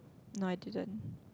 no I didn't